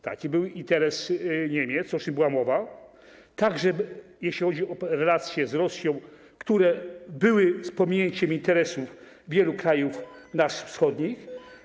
Taki był interes Niemiec - o czym była mowa - także jeśli chodzi o relacje z Rosją, które wypracowywano z pominięciem interesów wielu krajów wschodnich.